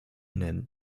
nennen